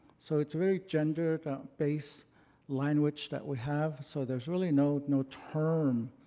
so it's a very gender based language that we have. so there's really no no term